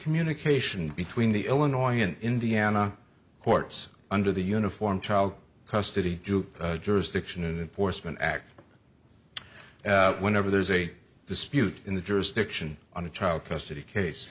communication between the illinois and indiana courts under the uniform child custody group jurisdiction and foresman act whenever there's a dispute in the jurisdiction on a child custody case